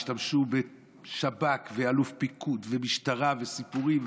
השתמשו בשב"כ ואלוף פיקוד ומשטרה וסיפורים,